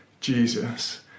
Jesus